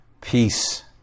peace